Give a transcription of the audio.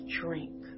drink